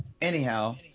Anyhow